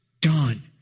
done